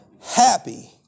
happy